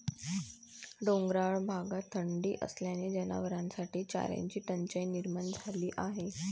डोंगराळ भागात थंडी असल्याने जनावरांसाठी चाऱ्याची टंचाई निर्माण झाली आहे